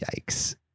yikes